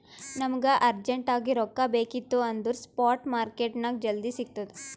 ನಮುಗ ಅರ್ಜೆಂಟ್ ಆಗಿ ರೊಕ್ಕಾ ಬೇಕಿತ್ತು ಅಂದುರ್ ಸ್ಪಾಟ್ ಮಾರ್ಕೆಟ್ನಾಗ್ ಜಲ್ದಿ ಸಿಕ್ತುದ್